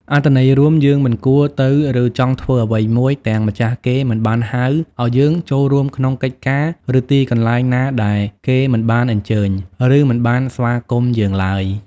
អត្ថន័យរួម យើងមិនគួរទៅ ឬ ចង់ធ្វើអ្វីមួយទាំងម្ចាស់គេមិនបានហៅឲ្យយើងចូលរួមក្នុងកិច្ចការ ឬទីកន្លែងណាដែលគេមិនបានអញ្ជើញ ឬមិនបានស្វាគមន៍យើងឡើយ។